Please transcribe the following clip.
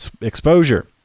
exposure